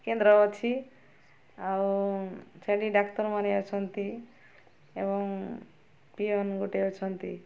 କେନ୍ଦ୍ର ଅଛି ଆଉ ସେଇଠି ଡାକ୍ତରମାନେ ଅଛନ୍ତି ଏବଂ ପିଅନ୍ ଗୋଟେ ଅଛନ୍ତି